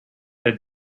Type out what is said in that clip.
that